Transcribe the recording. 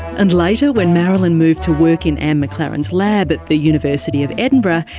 and later when marilyn moved to work in anne mclaren's lab at the university of edinburgh,